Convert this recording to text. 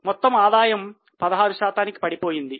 మొత్తము ఆదాయము 16 శాతానికి పడిపోయింది